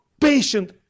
patient